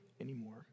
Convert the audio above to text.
anymore